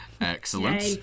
Excellent